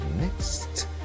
next